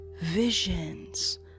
Visions